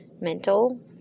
mental